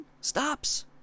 stops